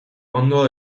ondo